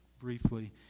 briefly